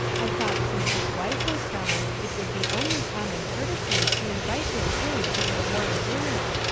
i thought since his wife was gone, it would be only common courtesy to invite him in to get a warm dinner,